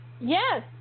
Yes